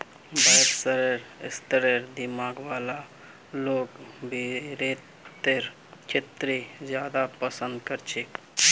व्यवसायेर स्तरेर दिमाग वाला लोग वित्तेर क्षेत्रत ज्यादा पसन्द कर छेक